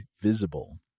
Visible